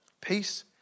Peace